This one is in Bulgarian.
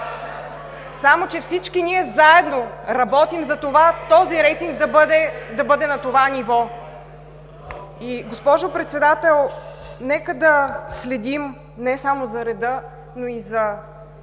Само че всички ние заедно работим за това този рейтинг да бъде на това ниво! Госпожо Председател, нека да следим не само за реда, но и за